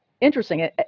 interesting